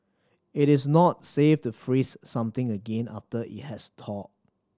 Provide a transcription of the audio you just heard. it is not safe to freeze something again after it has thawed